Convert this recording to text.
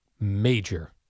major